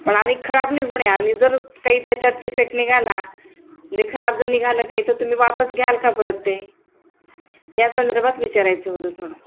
पण आणि खराब निघू नये आणि जर काही त्याच्यात डिफेक्ट निघाला म्हणजे खराब जर निघालं काही तर तुम्ही वापस घ्याल का परत ते या संदर्भात विचारायचं होतं थोडं